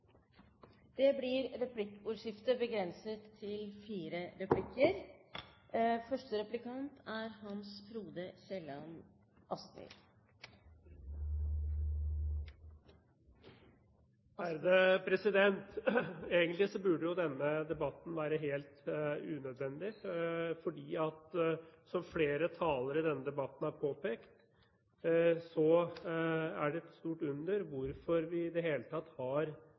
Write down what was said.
Det blir replikkordskifte. Egentlig burde denne debatten være helt unødvendig, som flere talere i debatten har påpekt. Det er et stort under hvorfor vi i det hele tatt har